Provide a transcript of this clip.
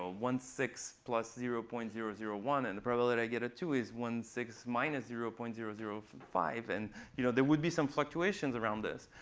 ah one six plus zero point zero zero one and the probability that i get a two is one six minus zero point zero zero five. and you know there would be some fluctuations around this.